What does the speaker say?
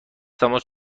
تماس